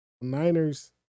Niners